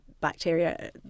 bacteria